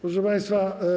Proszę Państwa.